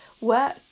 work